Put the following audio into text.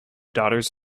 daughters